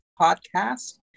podcast